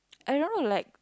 I don't know like